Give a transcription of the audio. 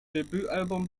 debütalbum